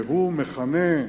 והוא מכנה,